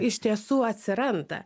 iš tiesų atsiranda